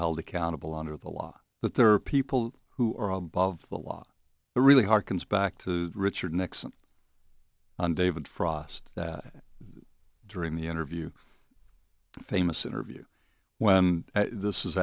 held accountable under the law but there are people who are above the law it really harkens back to richard nixon and david frost during the interview famous interview when this